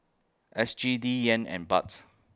S G D Yen and Baht's